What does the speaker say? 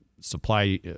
supply